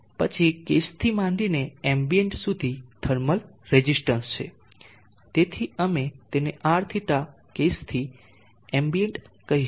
પછી કેસથી માંડીને એમ્બિયન્ટ સુધી થર્મલ રેઝિસ્ટન્સ છે તેથી અમે તેને Rθ કેસ થી એમ્બિયન્ટ કહીશું